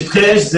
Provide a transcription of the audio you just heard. שטחי אש,